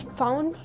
found